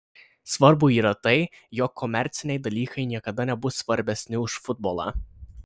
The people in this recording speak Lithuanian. svarbu yra tai jog komerciniai dalykai niekada nebus svarbesni už futbolą